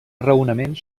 raonament